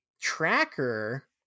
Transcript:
tracker